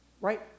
Right